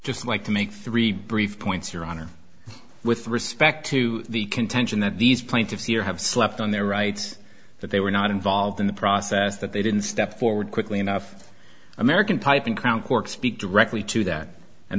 just like to make three brief points your honor with respect to the contention that these plaintiffs here have slept on their rights that they were not involved in the process that they didn't step forward quickly enough american type in crown court speak directly to that and